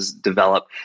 develop